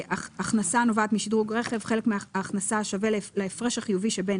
"הכנסה הנובעת משדרוג רכב" חלק ההכנסה השווה להפרש החיובי שבין